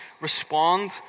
respond